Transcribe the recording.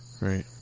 Right